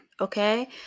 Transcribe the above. Okay